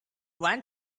went